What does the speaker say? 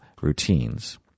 routines